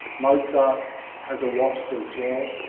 mozart has a wasp as well.